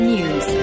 News